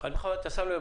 שם לב,